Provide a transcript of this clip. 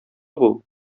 бул